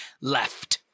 left